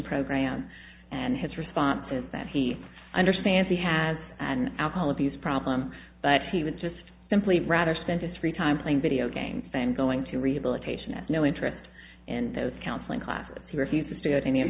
program and his response is that he understands he has an alcohol abuse problem but he would just simply rather spend his free time playing video games than going to rehabilitation has no interest in those counseling classes he refuses to get any of